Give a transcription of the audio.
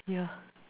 ya